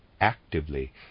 actively